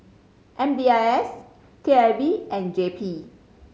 M D I S K I V and J P